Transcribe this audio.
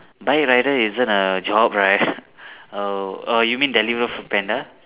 bike rider isn't a job right oh oh you mean deliver Foodpanda